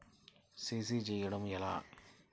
CC చేయడము ఎలా?